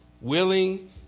Willing